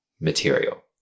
material